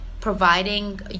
providing